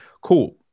Cool